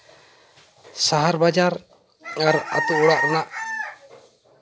ᱥᱟᱦᱟᱨ ᱵᱟᱡᱟᱨ ᱟᱨ ᱟᱹᱛᱩ ᱚᱲᱟᱜ ᱨᱮᱱᱟᱜ